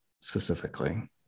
specifically